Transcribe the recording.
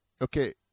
Okay